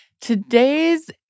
today's